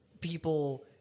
people